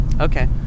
Okay